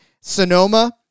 Sonoma